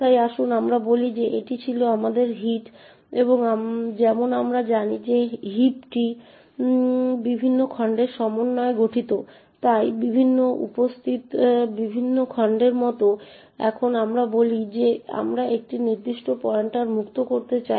তাই আসুন আমরা বলি যে এটি ছিল আমাদের হিট এবং যেমন আমরা জানি যে হিপটি বিভিন্ন খণ্ডের সমন্বয়ে গঠিত তাই এইগুলি উপস্থিত বিভিন্ন খণ্ডের মতো এবং এখন আমরা বলি যে আমরা একটি নির্দিষ্ট পয়েন্টার মুক্ত করতে চাই